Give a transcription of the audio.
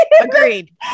agreed